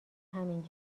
همین